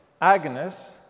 Agnes